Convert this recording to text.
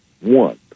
one